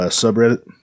subreddit